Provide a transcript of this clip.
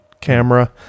camera